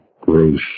gross